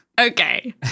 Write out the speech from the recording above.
Okay